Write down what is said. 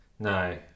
no